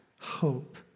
hope